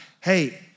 hey